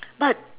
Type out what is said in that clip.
but